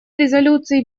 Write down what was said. резолюции